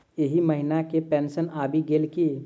एहि महीना केँ पेंशन आबि गेल की